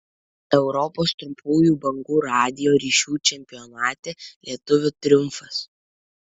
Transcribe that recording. europos trumpųjų bangų radijo ryšių čempionate lietuvių triumfas